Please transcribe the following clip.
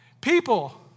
People